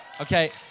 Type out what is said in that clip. Okay